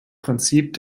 prinzip